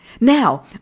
Now